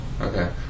Okay